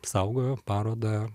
saugojo parodą